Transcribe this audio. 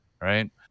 right